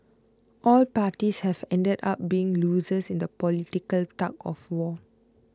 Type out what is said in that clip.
all parties have ended up being losers in the political tug of war